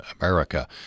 America